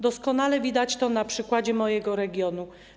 Doskonale widać to na przykładzie mojego regionu.